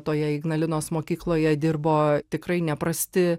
toje ignalinos mokykloje dirbo tikrai neprasti